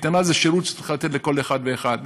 קייטנה זה שירות שצריך לתת לכל אחד ואחד.